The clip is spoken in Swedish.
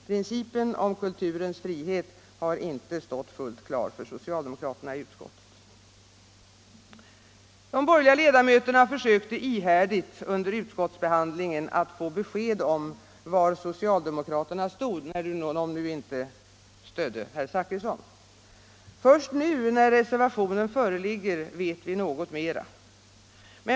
Principen om kulturens frihet har inte stått fullt klar för socialdemokraterna i utskottet. De borgerliga ledamöterna försökte ihärdigt under utskottsbehandlingen att få besked om var socialdemokraterna stod, när de inte stödde herr Zachrisson. Först nu, när reservationen föreligger, vet vi något mera.